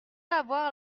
avoir